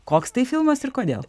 koks tai filmas ir kodėl